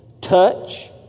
touch